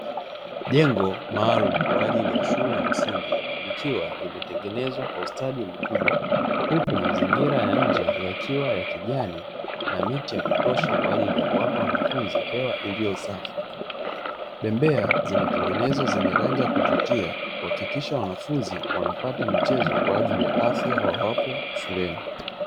Jengo maalumu la shule ya msingi, likiwa limetengenezwa kwa ustadi mkubwa, huku mazingira ya nje yakiwa ya kijani na miti ya kutosha kwa ajili ya kuwapa wanafunzi hewa iliyo safi. Bembea zimetengenezwa zenye rangi ya kuvutia, kuhakikisha wanafunzi wanapata michezo kwa ajili ya afya wawapo shuleni.